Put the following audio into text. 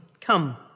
come